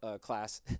class